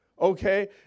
okay